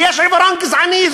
כי יש עיוורון גזעני.